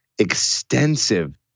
extensive